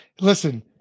listen